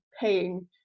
paying